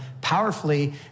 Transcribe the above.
powerfully